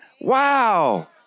Wow